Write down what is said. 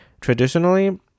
Traditionally